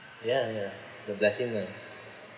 ya ya it's a blessing ah